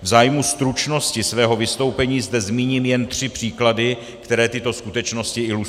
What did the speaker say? V zájmu stručnosti svého vystoupení zde zmíním jen tři příklady, které tyto skutečnosti ilustrují.